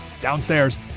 downstairs